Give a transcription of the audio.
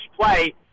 play